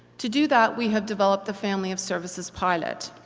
to do that we have developed the family of services pilot.